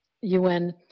UN